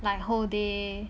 like whole day